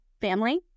family